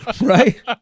right